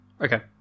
okay